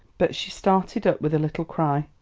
but she started up with a little cry,